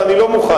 ואני לא מוכן,